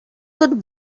would